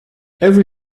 every